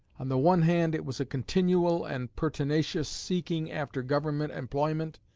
on the one hand it was a continual and pertinacious seeking after government employment,